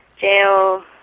jail